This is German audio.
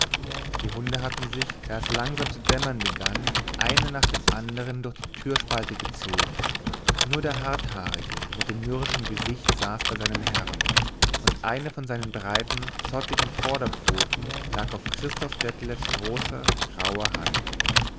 die hunde hatten sich da es langsam zu dämmern begann einer nach dem anderen durch die türspalte gezogen nur der harthaarige mit dem mürrischen gesicht saß bei seinem herrn und eine von seinen breiten zottigen vorderpfoten lag auf christoph detlevs großer grauer hand